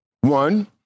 One